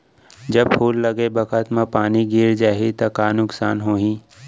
जब फूल लगे बखत म पानी गिर जाही त का नुकसान होगी?